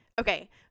Okay